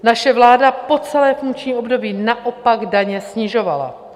Naše vláda po celé funkční období naopak daně snižovala.